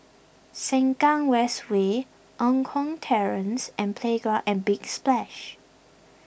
Sengkang West Way Eng Kong Terrace and Playground at Big Splash